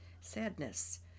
sadness